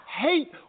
hate